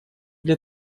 для